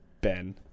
ben